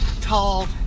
Tall